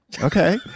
okay